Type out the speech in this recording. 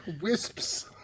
Wisps